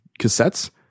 cassettes